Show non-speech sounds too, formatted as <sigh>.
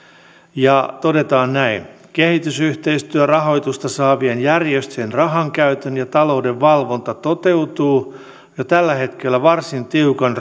ja todetaan näin kehitysyhteistyörahoitusta saavien järjestöjen rahankäytön ja talouden valvonta toteutuu jo tällä hetkellä varsin tiukan <unintelligible>